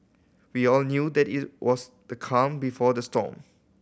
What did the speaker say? we all knew that it was the calm before the storm